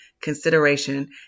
consideration